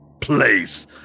place